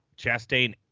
Chastain